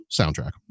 soundtrack